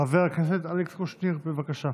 חבר הכנסת אלכס קושניר, בבקשה.